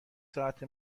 ساعت